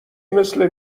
مثل